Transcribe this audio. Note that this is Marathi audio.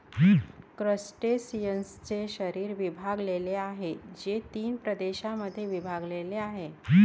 क्रस्टेशियन्सचे शरीर विभागलेले आहे, जे तीन प्रदेशांमध्ये विभागलेले आहे